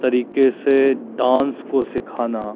तरीके से डांस को सिखाना